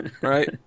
Right